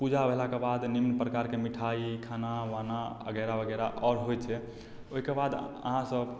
पूजा भेलाके बाद विभिन्न प्रकारके मिठाइ खाना वाना वगैरह वगैरह आओर होइत छै ओहिके बाद अहाँसभ